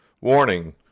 Warning